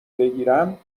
بگیرم